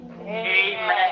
Amen